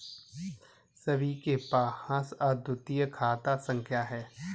सभी के पास अद्वितीय खाता संख्या हैं